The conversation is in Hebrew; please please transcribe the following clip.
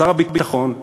שר הביטחון,